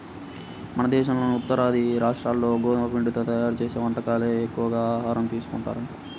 మన దేశంలోని ఉత్తరాది రాష్ట్రాల్లో గోధుమ పిండితో తయ్యారు చేసే వంటకాలనే ఎక్కువగా ఆహారంగా తీసుకుంటారంట